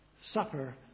supper